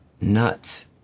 nuts